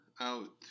out